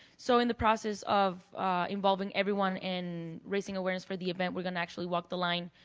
so in the process of involving everyone in raising awareness for the event, we're going to actually walk the line,